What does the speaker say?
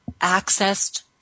accessed